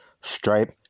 stripe